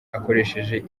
akoresheje